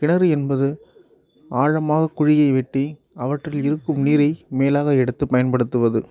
கிணறு என்பது ஆழமாக குழியை வெட்டி அவற்றில் இருக்கும் நீரை மேலாக எடுத்து பயன்படுத்துவது